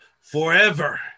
forever